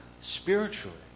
spiritually